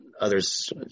others